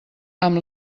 amb